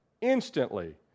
instantly